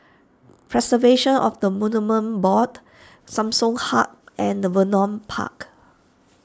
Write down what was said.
Preservation of the Monuments Board Samsung Hub and the Vernon Park